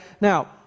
Now